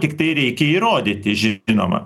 tiktai reikia įrodyti žinoma